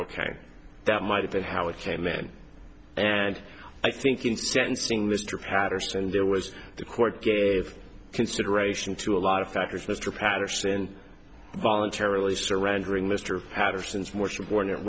ok that might have been how it came in and i think in sentencing mr patterson there was the court gave consideration to a lot of factors mr patterson voluntarily surrendering mr patterson's more s